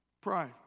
Pride